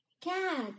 Cat